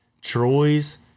Troy's